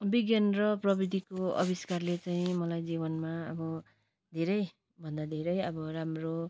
विज्ञान र प्रविधिको आविष्कारले चाहिँ मलाई जीवनमा अब धेरैभन्दा धैरे अब राम्रो